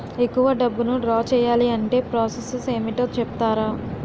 ఎక్కువ డబ్బును ద్రా చేయాలి అంటే ప్రాస సస్ ఏమిటో చెప్తారా?